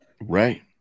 Right